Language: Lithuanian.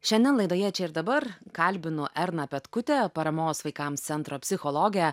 šiandien laidoje čia ir dabar kalbinu erną petkutę paramos vaikams centro psichologę